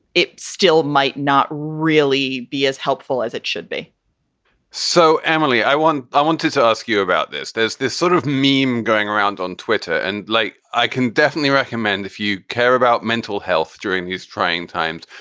it still might not really be as helpful as it should be so, emily, i want to i wanted to ask you about this. there's this sort of meme going around on twitter. and like i can definitely recommend if you care about mental health during these trying times,